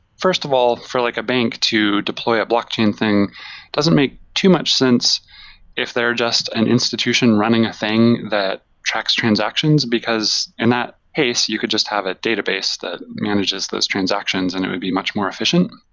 first of all, for like a bank to deploy a blockchain thing, it doesn't make too much sense if they're just an institution running a thing that tracks transactions, because, in that case, you could just have a database that manages those transactions and it would be much more efficient.